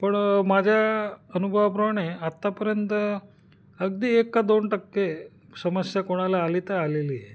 पण माझ्या अनुभवाप्रमाणे आत्तापर्यंत अगदी एक का दोन टक्के समस्या कोणाला आली तर आलेली आहे